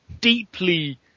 deeply